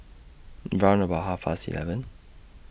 round about Half Past eleven